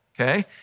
okay